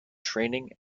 training